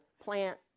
plant